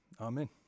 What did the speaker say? Amen